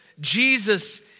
Jesus